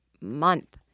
month